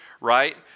right